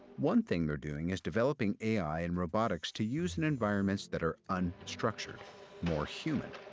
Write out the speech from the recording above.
one thing they're doing is developing a i. and robotics to use in environments that are unstructured, more human.